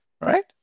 right